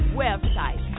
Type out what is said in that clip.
website